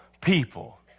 people